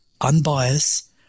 unbiased